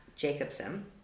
Jacobson